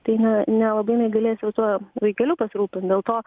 tai ne nelabai jinai galės jau tuo vaikeliu pasirūpint dėl to